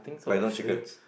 like you know chickens